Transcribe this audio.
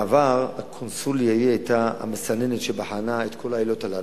בעבר הקונסוליה היתה המסננת שבחנה את כל העילות הללו.